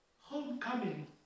homecoming